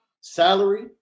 salary